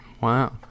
wow